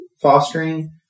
fostering